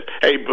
Hey